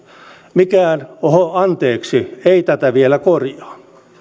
mikään oho anteeksi ei tätä vielä korjaa